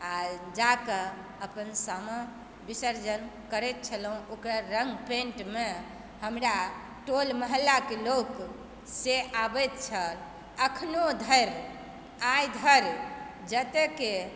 आ जाके अपन सामा विसर्जन करैत छलहुँ ओकर रङ्ग पेण्टमे हमरा टोल मोहल्लाके लोक से आबति छल अखनो धरि आइ धरि जतएके